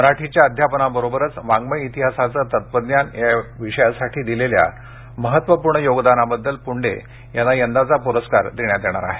मराठीच्या अध्यापनाबरोबरच वाड्मय इतिहासाचं तत्त्वज्ञान याविषयासाठी दिलेल्या महत्त्वपूर्ण योगदानाबद्दल पुंडे यांना यंदाचा पुरस्कार देण्यात येणार आहे